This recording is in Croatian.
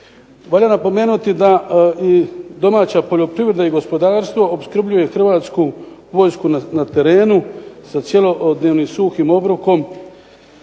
Valja napomenuti da i domaća poljoprivreda i gospodarstvo opskrbljuje Hrvatsku vojsku na terenu sa cjelodnevnim suhim obrokom